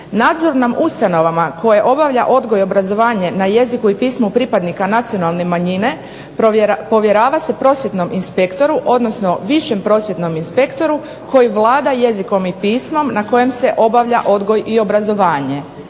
Nadzor nad ustanovama koje obavlja odgoj i obrazovanje na jeziku i pismu pripadnika nacionalne manjine povjerava se prosvjetnom inspektoru, odnosno višem prosvjetnom inspektoru koji vlada jezikom i pismom na kojem se obavlja odgoj i obrazovanje,